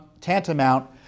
tantamount